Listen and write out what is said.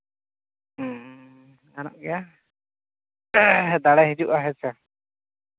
ᱦᱮᱸ ᱜᱟᱱᱚᱜ ᱜᱮᱭᱟ ᱫᱟᱲᱮ ᱦᱤᱡᱩᱜᱼᱟ ᱦᱮᱸ ᱥᱮ